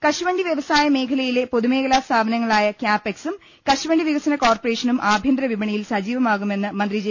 കശുവണ്ടി വൃവസായ മേഖലയിലെ പൊതുമേഖലാ സ്ഥാപന ങ്ങളായ കാപ്പെക്സും കശുവണ്ടി വികസന കോർപ്പറേഷനും ആ ഭൃന്തരവിപണിയിൽ സജീവമാകുമെന്ന് മന്ത്രി ജെ